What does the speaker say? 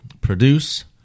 produce